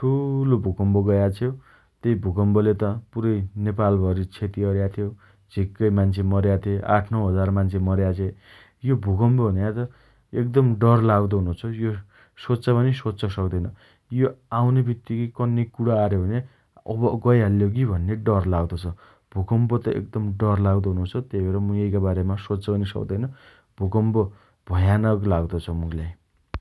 ठूलो भूकम्प गया छ्यो । त्यही भूकम्पले त पुरै नेपाल भरी क्षति अर्या थ्यो । झिक्कै मान्छे मर्या थे । ८/९ हजार मान्छे मर्या छे । यो भूकम्प भन्या त एकदम डर लाग्दो हुनो छ । यो सोच्च पनि सोच्च सक्दैन । यो आउने बित्तीकै कन्नेइ कुणा अर्‍यो भन्या अब गइहाल्ले होकी भन्ने डर लाग्दो छ । भूकम्प त एदकम डर लाग्दो हुनो छ । त्यही भएर मु एईका बारेमा सोच्च पनि सक्दैन । भूकम्प भयानक लाग्दछ मुखीलाई ।